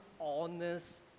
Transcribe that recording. honest